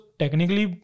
technically